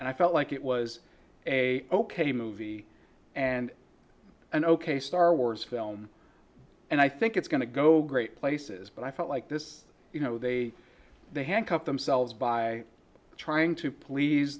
and i felt like it was a ok movie and an ok star wars film and i think it's going to go great places but i felt like this you know they they handcuffed themselves by trying to please